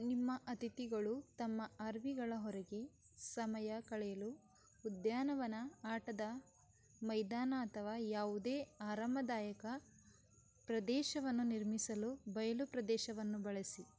ನಿಮ್ಮ ಅಥಿತಿಗಳು ತಮ್ಮ ಅರ್ವಿಗಳ ಹೊರಗೆ ಸಮಯ ಕಳೆಯಲು ಉದ್ಯಾನವನ ಆಟದ ಮೈದಾನ ಅಥವಾ ಯಾವುದೇ ಆರಾಮದಾಯಕ ಪ್ರದೇಶವನ್ನು ನಿರ್ಮಿಸಲು ಬಯಲು ಪ್ರದೇಶವನ್ನು ಬಳಸಿ